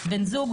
בן זוג,